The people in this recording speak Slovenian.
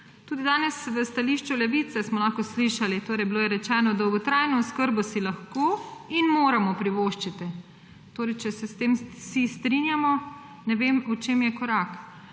Tudi danes v stališču Levice smo lahko slišali, torej bilo je rečeno dolgotrajno oskrbo si lahko in moramo privoščiti. Torej, če se s tem vsi strinjamo, ne vem, v čem je korak